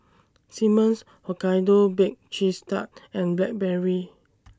Simmons Hokkaido Baked Cheese Tart and Blackberry